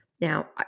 Now